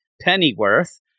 Pennyworth